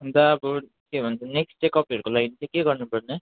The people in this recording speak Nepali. अन्त अब के भन्छ नेक्स्ट चेकअपहरूको लागि चाहिँ के गर्नु पर्ने